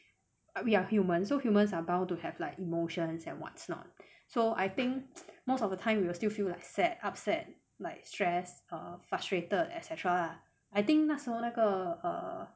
we are human so humans are bound to have like emotions and what's not so I think most of the time we will still feel sad upset like stress err frustrated as well lah I think 那时候那个